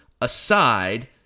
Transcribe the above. aside